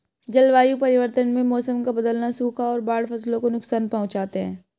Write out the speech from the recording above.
जलवायु परिवर्तन में मौसम का बदलना, सूखा और बाढ़ फसलों को नुकसान पहुँचाते है